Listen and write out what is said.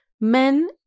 Men